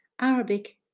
Arabic